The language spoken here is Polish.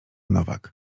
nowak